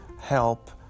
help